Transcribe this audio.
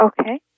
Okay